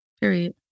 Period